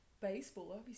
baseball